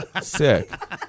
sick